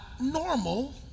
normal